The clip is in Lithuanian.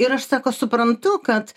ir aš sako suprantu kad